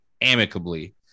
amicably